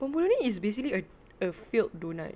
bomboloni is basically a filled doughnut